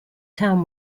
town